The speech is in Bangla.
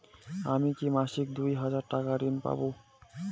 আমি কি মাসিক দুই হাজার টাকার ঋণ পাব?